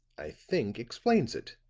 i think explains it.